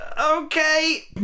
okay